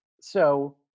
So-